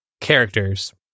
characters